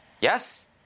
Yes